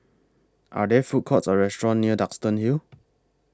Are There Food Courts Or restaurants near Duxton Hill